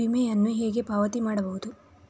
ವಿಮೆಯನ್ನು ಹೇಗೆ ಪಾವತಿ ಮಾಡಬಹುದು?